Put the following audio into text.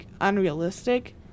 unrealistic